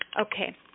Okay